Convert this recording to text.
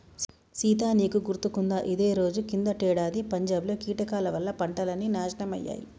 సీత నీకు గుర్తుకుందా ఇదే రోజు కిందటేడాది పంజాబ్ లో కీటకాల వల్ల పంటలన్నీ నాశనమయ్యాయి